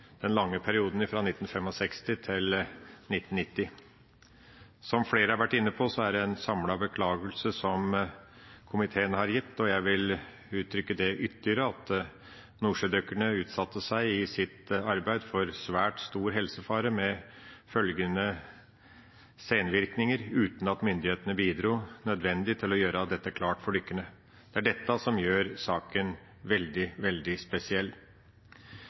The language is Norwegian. den innsatsen som er gjort i den lange perioden 1965–1990. Som flere har vært inne på, er det en samlet beklagelse som komiteen har gitt. Jeg vil uttrykke det ytterligere: Nordsjødykkerne utsatte seg i sitt arbeid for svært stor helsefare med følgende senvirkninger uten at myndighetene bidro nødvendig til å gjøre dette klart for dykkerne. Det er dette som gjør saken veldig spesiell. Jeg er veldig